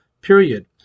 period